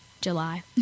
July